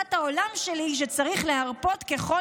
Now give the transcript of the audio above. "תפיסת העולם שלי היא שצריך להרפות ככל